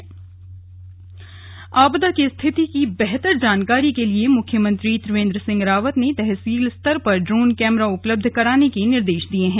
video conferencing आपदा की स्थिति की बेहतर जानकारी के लिए मुख्यमंत्री त्रिवेन्द्र सिंह रावत ने तहसील स्तर तक ड्रोन कैमरा उपलब्ध कराने के निर्देश दिए हैं